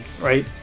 right